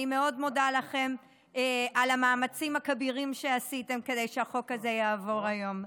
אני מאוד מודה לכם על המאמצים הכבירים שעשיתם כדי שהחוק הזה יעבור היום.